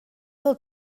del